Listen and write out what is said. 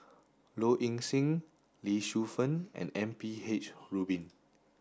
Low Ing Sing Lee Shu Fen and M P H Rubin